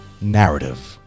narrative